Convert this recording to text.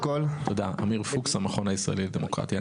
אמיר פוקס, המכון הישראלי לדמוקרטיה.